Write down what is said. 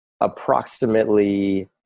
approximately